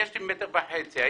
יש לי מטר וחצי.